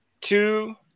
two